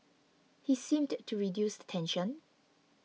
he seemed to reduce the tension